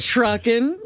Trucking